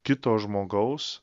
kito žmogaus